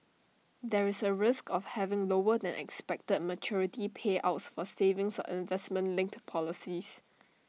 there is A risk of having lower than expected maturity payouts for savings or investment linked policies